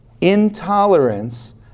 intolerance